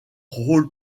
rôle